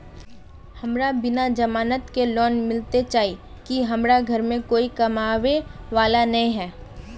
हमरा बिना जमानत के लोन मिलते चाँह की हमरा घर में कोई कमाबये वाला नय है?